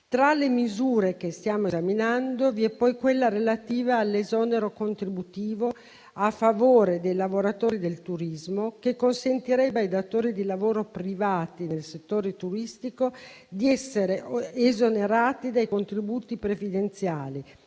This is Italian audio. Tra le misure che stiamo esaminando vi è poi quella relativa all'esonero contributivo a favore dei lavoratori del turismo, che consentirebbe ai datori di lavoro privati nel settore turistico di essere esonerati dai contributi previdenziali,